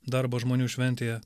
darbo žmonių šventėje